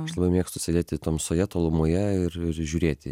aš labai mėgstu sėdėti tamsoje tolumoje ir ir žiūrėti